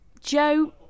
Joe